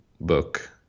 book